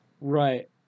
Right